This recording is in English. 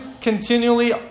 continually